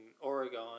Oregon